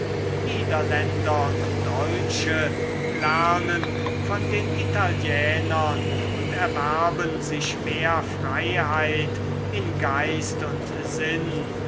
niederländer und deutsche lernen von den italienern und erwerben sich mehr freiheit in geist und sinn